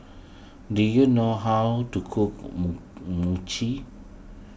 do you know how to cook Mochi